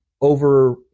over